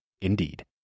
Indeed